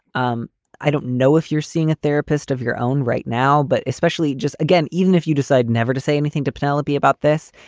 um i don't know if you're seeing a therapist of your own right now, but especially just again, even if you decide never to say anything to penelope about this.